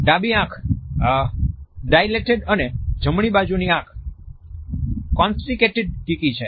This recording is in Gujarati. ડાબી આંખ ડાઈલેટેડ અને જમણી બાજુની આંખ કોનસ્ટ્રીકટેડ કિકી છે